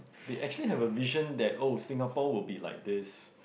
they actually have a vision that oh Singapore will be like this